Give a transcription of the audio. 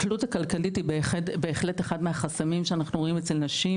התלות הכלכלית היא בהחלט אחד מהחסמים שאנחנו רואים אצל נשים,